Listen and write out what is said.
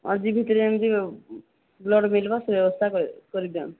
ଆଜି ଭିତରେ ଏମତି ଆଉ ବ୍ଳଡ଼୍ ମିଲିବ ସେଇ ବ୍ୟବସ୍ଥା କରିବେ କରିଦିଅନ୍ତୁ